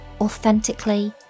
authentically